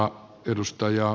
arvoisa puhemies